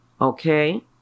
Okay